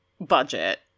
budget